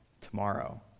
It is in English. tomorrow